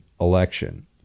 election